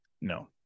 No